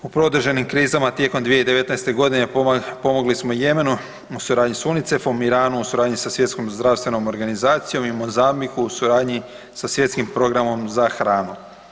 U produženim krizama tijekom 2019.g. pomogli smo Jemenu u suradnji sa UNICEF-om, Iranu u suradnji sa Svjetskom zdravstvenom organizacijom i Mozambiku u suradnji sa Svjetskim programom za hranu.